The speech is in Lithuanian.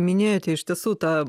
minėjote iš tiesų tą